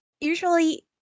usually